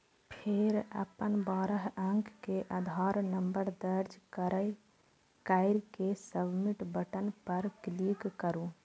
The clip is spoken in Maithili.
फेर अपन बारह अंक के आधार नंबर दर्ज कैर के सबमिट बटन पर क्लिक करू